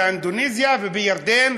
באינדונזיה ובירדן,